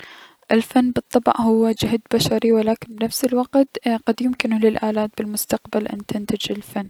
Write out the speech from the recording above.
الفن بالطبع هو جهد بشري ولكن بنفس الوقت قد يمكن للألات بالمستقبل ان تنتج الفن.